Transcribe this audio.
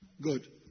Good